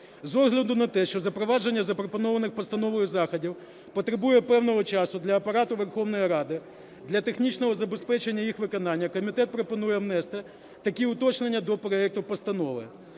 З огляду на те, що запровадження запропонованих постановою заходів потребує певного часу для Апарату Верховної Ради для технічного забезпечення їх виконання, комітет пропонує внести такі уточнення до проекту постанови,